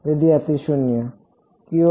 વિદ્યાર્થી 0